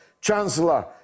Chancellor